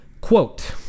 Quote